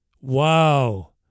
Wow